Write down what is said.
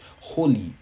Holy